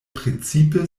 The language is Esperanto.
precipe